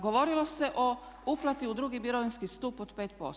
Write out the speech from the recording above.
Govorilo se o uplati u II. mirovinski stup od 5%